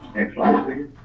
slide, please.